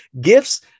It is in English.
gifts